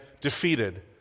defeated